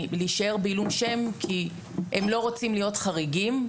להישאר בעילום שם כי הם לא רוצים להיות חריגים.